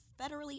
federally